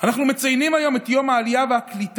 אנחנו מציינים היום את יום העלייה והקליטה,